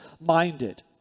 minded